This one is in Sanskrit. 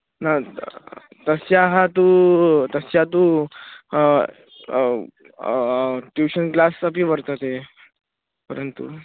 न तस्याः तु तस्या तु ट्यूशन् क्लास् अपि वर्तते परन्तु